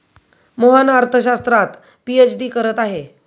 मोहन अर्थशास्त्रात पीएचडी करत आहे